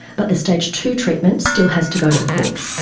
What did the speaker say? but the stage two treatment still has to go to the court.